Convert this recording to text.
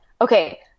Okay